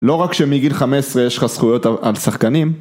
לא רק שמגיל 15 יש לך זכויות על שחקנים